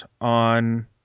on